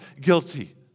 guilty